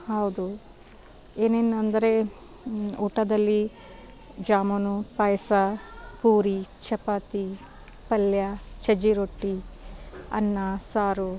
ಹೌದು ಏನೇನು ಅಂದರೆ ಊಟದಲ್ಲಿ ಜಾಮೂನು ಪಾಯಸ ಪೂರಿ ಚಪಾತಿ ಪಲ್ಯ ಸಜ್ಜೆ ರೊಟ್ಟಿ ಅನ್ನ ಸಾರು